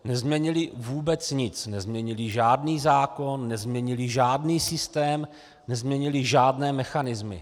Nezměnili vůbec nic, nezměnili žádný zákon, nezměnili žádný systém, nezměnili žádné mechanismy.